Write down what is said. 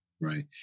Right